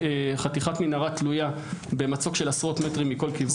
חתיכת מנהרה תלויה במצוק של עשרות מטרים מכל כיוון.